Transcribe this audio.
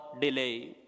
delay